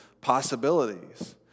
possibilities